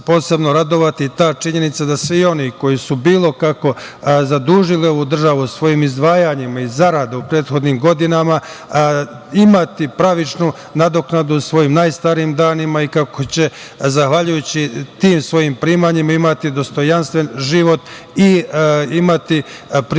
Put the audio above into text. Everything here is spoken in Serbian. posebno radovati i ta činjenica da svi oni koji su bilo kako zadužili ovu državu svojim izdvajanjima i zaradama u prethodnim godinama, imati pravičnu nadoknadu u svojim najstarijim danima i kako će zahvaljujući tim svojim primanjima imati dostojanstven život i imati priliku